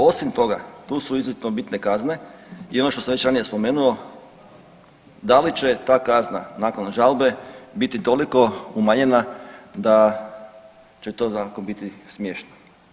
Osim toga tu su izuzetno bitne kazne i ono što sam već ranije spomenuo da li će ta kazna nakon žalbe biti toliko umanjena da će to svakako biti smiješno.